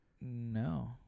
No